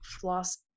floss